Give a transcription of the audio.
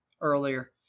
earlier